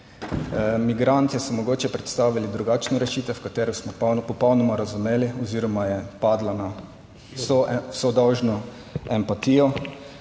Migrantje so mogoče predstavili drugačno rešitev katero smo popolnoma razumeli oziroma je padla na vso dolžno empatijo.